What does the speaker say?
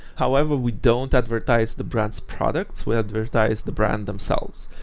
however, we don't advertise the brand's products, we advertise the brand themselves.